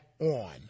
on